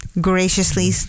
graciously